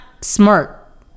smart